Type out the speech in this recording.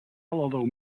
although